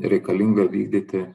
reikalinga vykdyti